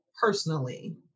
personally